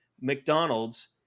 McDonald's